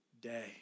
day